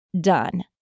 done